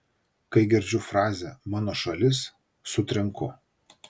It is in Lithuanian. kai girdžiu frazę mano šalis sutrinku